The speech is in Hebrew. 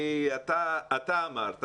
אתה אמרת.